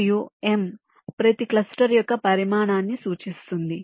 మరియు m ప్రతి cluster యొక్క పరిమాణాన్ని సూచిస్తుంది